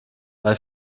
bei